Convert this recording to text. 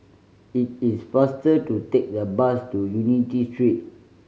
it is faster to take the bus to Unity Street